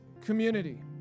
community